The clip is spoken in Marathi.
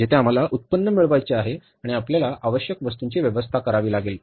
तेथे आम्हाला उत्पन्न मिळवायचे आहे आणि आपल्याला आवश्यक वस्तूंची व्यवस्था करावी लागेल